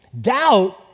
Doubt